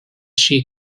she